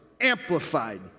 amplified